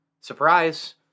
Surprise